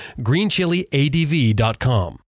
Greenchiliadv.com